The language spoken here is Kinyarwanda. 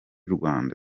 rwanda